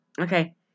Okay